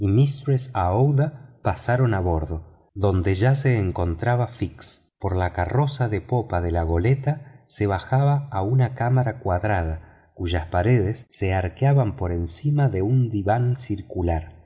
aouida pasaron a bordo donde ya se encontraba fix por la carroza de popa de la goleta se bajaba a una cámara cuadrada cuyas paredes se arqueaban por encima de un diván circular